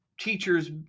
teachers